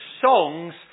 songs